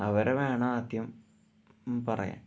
അവരെ വേണം ആദ്യം പറയാന്